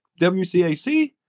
WCAC